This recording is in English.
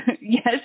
Yes